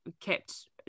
kept